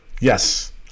Yes